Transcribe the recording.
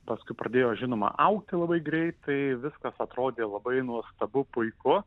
paskui pradėjo žinoma augti labai greitai viskas atrodė labai nuostabu puiku